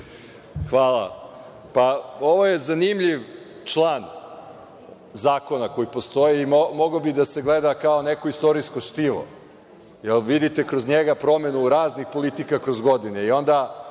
Hvala. Ovo je zanimljiv član zakona koji postoji i mogao bi da se gleda kao neko istorijsko štivo, jer vidite kroz njega promenu raznih politika kroz godine, i onda